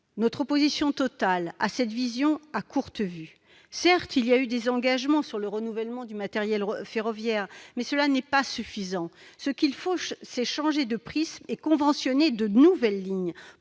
notre opposition totale à cette vision à courte vue. Certes, il y a eu des engagements sur le renouvellement du matériel ferroviaire, mais cela n'est pas suffisant. Il faut changer de prisme et conventionner de nouvelles lignes,